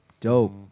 dope